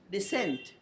Descent